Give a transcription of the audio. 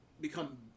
become